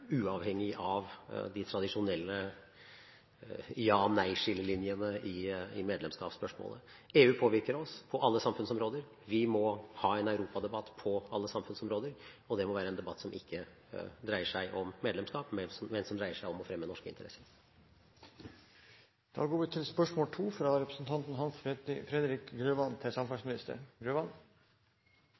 uavhengig av de tradisjonelle ja- og nei-skillelinjene i medlemskapsspørsmålet. EU påvirker oss på alle samfunnsområder. Vi må ha en europadebatt på alle samfunnsområder, og det må være en debatt som ikke dreier seg om medlemskap, men som dreier seg om å fremme norske interesser. Jeg tillater meg å stille følgende spørsmål